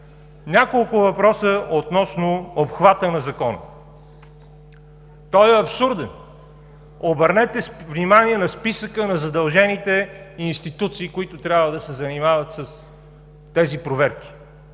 Няколко въпроса относно обхвата на Закона. Той е абсурден. Обърнете внимание на списъка на задължените институции, които трябва да се занимават с тези проверки.